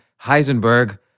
Heisenberg